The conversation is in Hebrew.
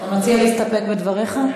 אתה מציע להסתפק בדבריך?